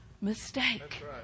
mistake